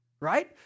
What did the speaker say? Right